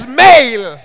male